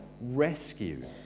rescue